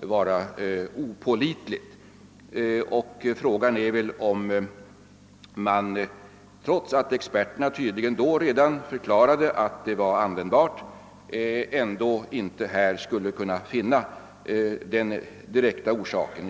var opålitligt, och frågan är väl om man — trots att experterna tydligen 1956 förklarade att tändröret var användbart — ändå inte här skulle kunna finna den direkta orsaken.